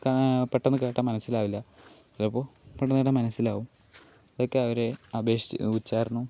പെട്ടെന്ന് കേട്ടാൽ മനസ്സിലാവില്ല ചിലപ്പോൾ പെട്ടെന്ന് കേട്ടാൽ മനസ്സിലാവും ഇതൊക്കെ അവരെ അപേഷിച്ച് ഉച്ചാരണവും